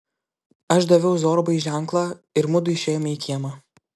aš daviau zorbai ženklą ir mudu išėjome į kiemą